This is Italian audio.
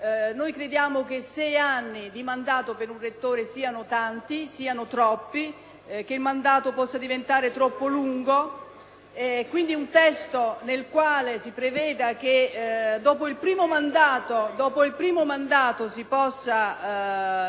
Noi crediamo che sei anni di mandato per un rettore siano troppi e che il mandato possa diventare troppo lungo, e crediamo quindi che un testo nel quale si preveda che dopo il primo mandato si possa